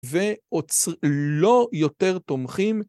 ועוצ.. ולא יותר תומכים